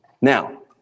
Now